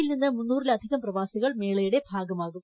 യിൽ നിന്ന് മുന്നൂറിലധികം പ്രവാസികൾ മേളയുടെ ഭാഗമാകും